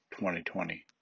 2020